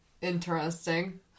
interesting